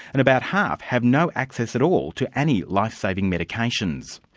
and about half have no access at all to any life-saving medications.